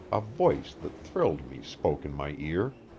a voice that thrilled me spoke in my ear.